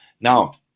now